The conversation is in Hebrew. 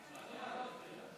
נא להצביע.